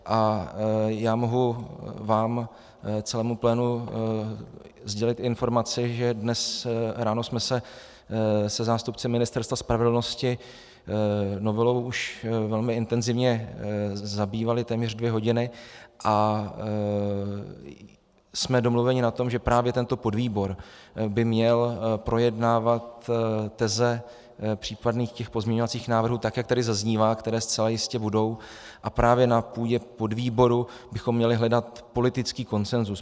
A já mohu vám a celému plénu sdělit informaci, že dnes ráno jsme se se zástupci Ministerstva spravedlnosti novelou už velmi intenzivně zabývali téměř dvě hodiny a jsme domluveni na tom, že právě tento podvýbor by měl projednávat teze případných pozměňovacích návrhů, jak tady zaznívá, které zcela jistě budou, a právě na půdě podvýboru bychom měli hledat politický konsenzus.